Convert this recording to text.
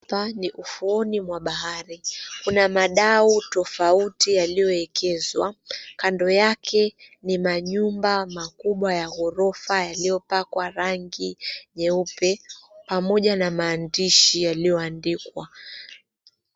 Hapa ni ufuoni mwa bahari, kuna madau tofauti yaliyoekezwa kando yake. Ni majumba makubwa ya ghorofa yaliyopakwa rangi nyeupe, pamoja na maandishi yaliyoandikwa.